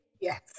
Yes